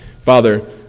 Father